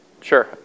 Sure